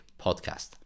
podcast